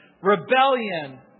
rebellion